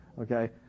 Okay